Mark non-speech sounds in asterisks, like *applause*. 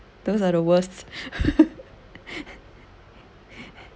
those are the worst *laughs*